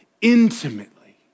intimately